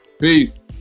Peace